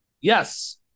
Yes